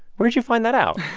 where'd you find that out?